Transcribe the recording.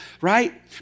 right